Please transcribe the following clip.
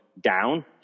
down